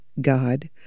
God